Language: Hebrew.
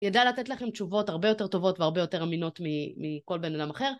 ידע לתת לכם תשובות הרבה יותר טובות והרבה יותר אמינות מכל בן אדם אחר.